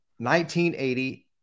1980